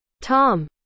Tom